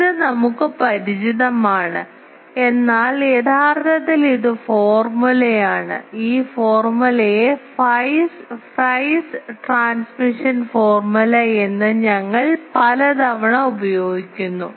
ഇത് നമുക്ക് പരിചിതമാണ് എന്നാൽ യഥാർത്ഥത്തിൽ ഇത് ഫോർമുലയാണ് ഈ ഫോർമുലയെ ഫ്രൈസ് ട്രാൻസ്മിഷൻ ഫോർമുല എന്ന് ഞങ്ങൾ പല തവണ ഉപയോഗിക്കുന്നു